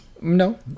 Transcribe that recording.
No